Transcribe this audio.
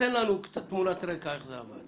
תן לנו תמונת רקע איך זה עבד